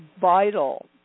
vital